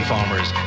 Farmers